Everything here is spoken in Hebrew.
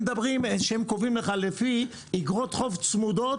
הם מדברים על כך שהם קובעים לך איגרות חוב צמודות